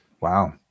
Wow